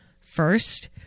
first